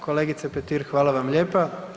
Kolegice Petir hvala vam lijepa.